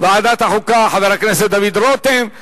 והצעת אי-האמון נדחתה, רבותי.